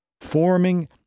Forming